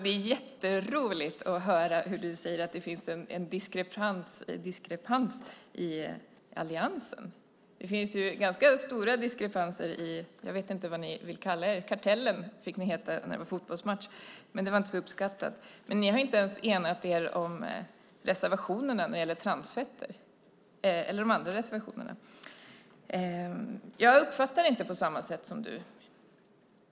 Det är jätteroligt att höra att Bo Bernhardsson säger att det finns en diskrepans i alliansen. Det finns ganska stora diskrepanser i kartellen, eller vad ni nu vill kalla er. Ni fick heta kartellen när vi hade en fotbollsmatch, men det var visst inte så uppskattat. Ni har inte ens enat er om reservationerna när det gäller transfetter och inte heller om de andra reservationerna. Jag uppfattar inte det här på samma sätt som du.